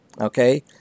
okay